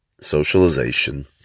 socialization